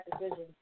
decision